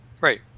Right